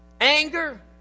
anger